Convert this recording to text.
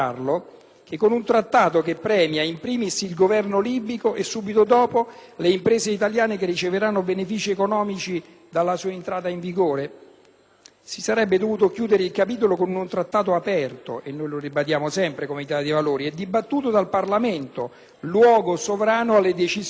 non con un Trattato che premia *in primis* il governo libico e, subito dopo, le imprese italiane che riceveranno benefici economici dalla sua entrata in vigore! Si sarebbe dovuto chiudere il capitolo con un Trattato aperto e dibattuto dal Parlamento, luogo sovrano delle decisioni.